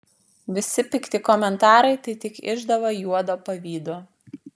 visi pikti komentarai tai tik išdava juodo pavydo